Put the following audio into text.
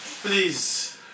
Please